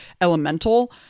elemental